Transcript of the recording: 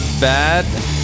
bad